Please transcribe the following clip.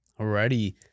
Alrighty